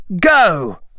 go